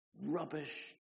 rubbish